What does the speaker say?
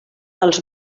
els